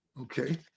okay